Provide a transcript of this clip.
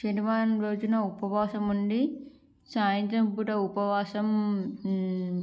శనివారం రోజున ఉపవాసం ఉండి సాయంత్రం పూట ఉపవాసం